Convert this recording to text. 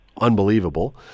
unbelievable